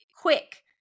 quick